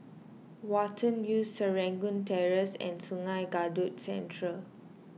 Watten View Serangoon Terrace and Sungei Kadut Central